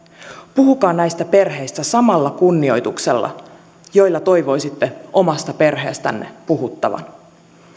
puhukaa näistä perheistä samalla kunnioituksella jolla toivoisitte omasta perheestänne puhuttavan